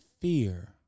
fear